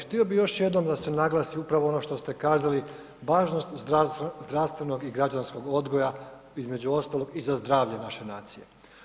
Htio bih još jednom da se naglasi upravo ono što ste kazali važnost zdravstvenog i građanskog odgoja između ostalog i za zdravlje naše nacije.